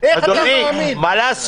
לא אתה, משה.